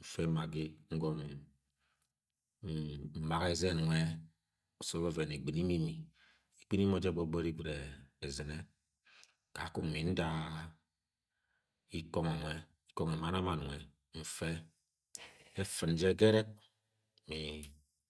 mfe maggi ngo̱m m-m-maga ezen nwe ovevum egtni mọ imi egɨ̃ni mo je gbogbori gwud ezine kakung mm-nda ikongo nwe ikongo mann a mann efɨ̃n je gerek mi-i-i